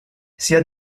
sia